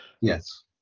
Yes